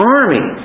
army